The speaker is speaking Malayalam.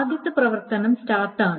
ആദ്യത്തെ പ്രവർത്തനം സ്റ്റാർട്ട് ആണ്